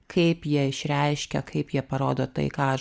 kaip jie išreiškia kaip jie parodo tai ką aš